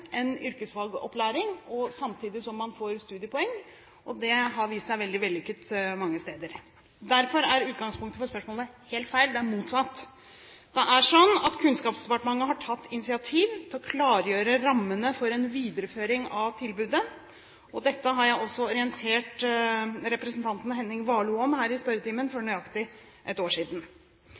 en yrkesfagopplæring med at man får studiepoeng, og det har vist seg veldig vellykket mange steder. Derfor er utgangspunktet for spørsmålet helt feil, det er motsatt. Det er sånn at Kunnskapsdepartementet har tatt initiativ til å klargjøre rammene for en videreføring av tilbudet. Dette orienterte jeg også representanten Henning Warloe om her i spørretimen for nøyaktig et år siden.